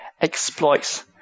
exploits